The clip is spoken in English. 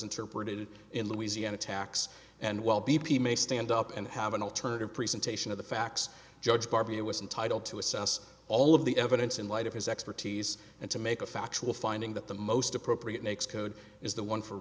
interpreted in louisiana tax and while b p may stand up and have an alternative presentation of the facts judge barbier was entitle to assess all of the evidence in light of his expertise and to make a factual finding that the most appropriate next code is the one for